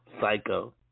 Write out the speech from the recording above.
Psycho